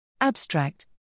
Abstract